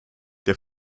der